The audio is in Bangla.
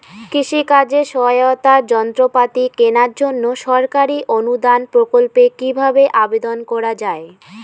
কৃষি কাজে সহায়তার যন্ত্রপাতি কেনার জন্য সরকারি অনুদান প্রকল্পে কীভাবে আবেদন করা য়ায়?